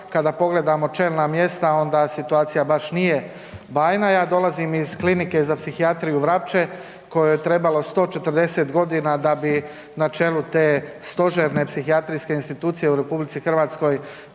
kada pogledamo čelna mjesta onda situacija baš nije bajna. Ja dolazim iz Klinike za psihijatriju Vrapče kojoj je trebamo 140 godina da bi na čelu te stožerne psihijatrijske institucije u RH prvi